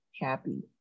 happy